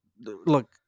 look